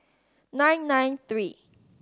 nine nine three